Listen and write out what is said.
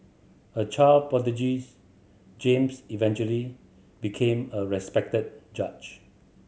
a child prodigies James eventually became a respected judge